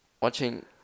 watching